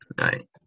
right